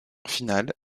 finale